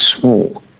small